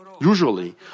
Usually